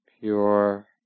Pure